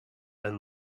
and